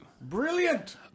Brilliant